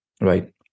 right